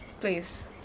Please